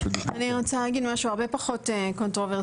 אני רוצה להגיד משהו הרבה פחות קונטרוברסלי,